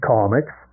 Comics